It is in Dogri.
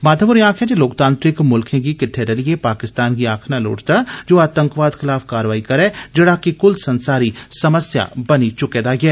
माधव होरें आक्खेआ लोकतांत्रिक मुल्खें गी किट्टे रलिए पाकिस्तान गी आक्खना लोड़चदा जे ओ आतंकवाद खिलाफ कारवाई करै जेडा कि कुल संसारी समस्या बनी गेआ ऐ